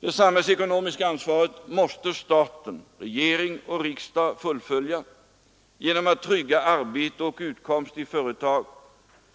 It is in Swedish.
Det samhällsekonomiska ansvaret måste staten, regering och riksdag, ta på sig genom att trygga arbete och utkomst i företag